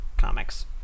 comics